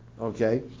Okay